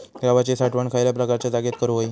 गव्हाची साठवण खयल्या प्रकारच्या जागेत करू होई?